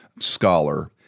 scholar